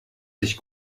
sich